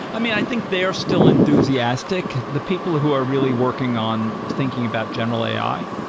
i mean, i think they are still enthusiastic. the people who are really working on thinking about general ai,